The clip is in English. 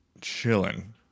chilling